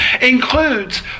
includes